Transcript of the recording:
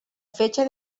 fecha